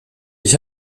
ich